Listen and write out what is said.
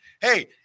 Hey